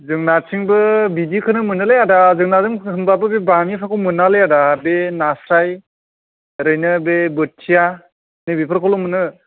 जोंनिथिंबो बिदिखौनो मोनोलै आदा जोंनाजों होमबाबो बामिफोरखौ मोनालै आदा बे नास्राइ ओरैनो बे बोथिया नै बेफोरखौल' मोनो